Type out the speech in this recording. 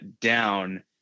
down